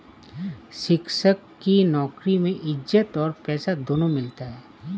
शिक्षक की नौकरी में इज्जत और पैसा दोनों मिलता है